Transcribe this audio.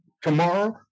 Tomorrow